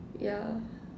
yeah